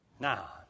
Now